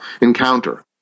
Encounter